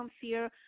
fear